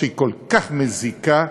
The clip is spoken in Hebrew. שהיא כל כך מזיקה,